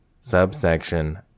Subsection